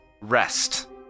Rest